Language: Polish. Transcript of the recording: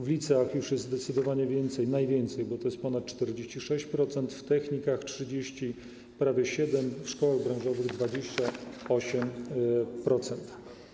W liceach już jest zdecydowanie więcej, najwięcej, bo to jest ponad 46%, w technikach prawie 37%, w szkołach branżowych 28%.